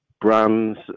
brands